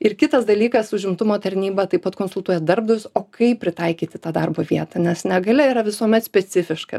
ir kitas dalykas užimtumo tarnyba taip pat konsultuoja darbdavius o kaip pritaikyti tą darbo vietą nes negalia yra visuomet specifiška